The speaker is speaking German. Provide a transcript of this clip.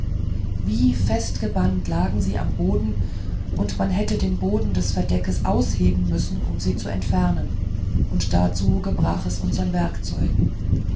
wie festgebannt lagen sie am boden und man hätte den boden des verdecks ausheben müssen um sie zu entfernen und dazu gebrach es uns an werkzeugen